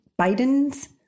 Biden's